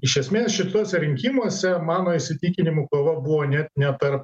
iš esmės šituose rinkimuose mano įsitikinimu kova buvo net ne tarp